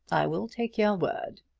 i will take your word.